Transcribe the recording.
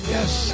Yes